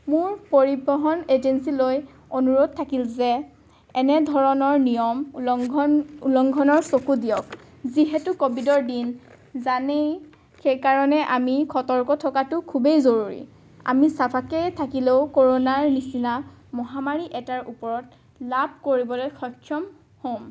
মোৰ পৰিবহণ এজেঞ্চিলৈ অনুৰোধ থাকিল যে এনেধৰণৰ নিয়ম উলংঘন উলংঘনৰ চকু দিয়ক যিহেতু ক'ভিডৰ দিন জানেই সেইকাৰণে আমি সতৰ্ক থকাটো খুবেই জৰুৰী আমি চাফাকৈ থাকিলেও কৰোণাৰ নিচিনা মহামাৰী এটাৰ ওপৰত লাভ কৰিবলৈ সক্ষম হ'ম